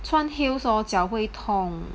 穿 heels hor 脚会痛